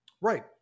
Right